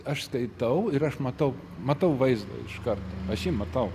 aš skaitau ir aš matau matau vaizdą iškart aš jį matau